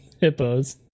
Hippos